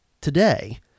today